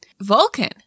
Vulcan